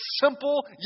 simple